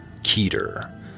Keter